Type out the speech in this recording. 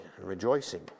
rejoicing